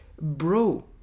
bro